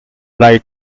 right